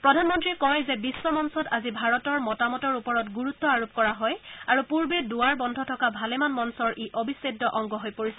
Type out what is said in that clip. প্ৰধানমন্ত্ৰীয়ে কয় যে বিখ্ মঞ্চত আজি ভাৰতৰ মতামতৰ ওপৰত গুৰুত্ব আৰোপ কৰা হয় আৰু পূৰ্বতে দুৱাৰ বন্ধ থকা ভালেমান মঞ্চৰ ই অবিচ্ছেদ্য অংগ হৈ পৰিছে